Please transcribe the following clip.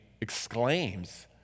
exclaims